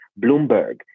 Bloomberg